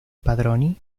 padroni